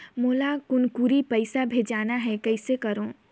मोला कुनकुरी पइसा भेजना हैं, कइसे करो?